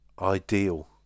Ideal